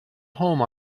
home